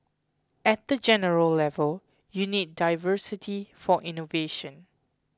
at the general level you need diversity for innovation